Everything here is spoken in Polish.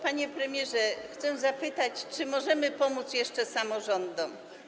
Panie premierze, chcę zapytać, czy możemy pomóc jeszcze samorządom.